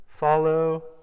follow